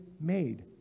made